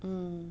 hmm